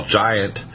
giant